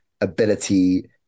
ability